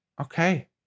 okay